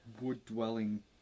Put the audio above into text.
wood-dwelling